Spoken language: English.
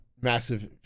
massive